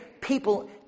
people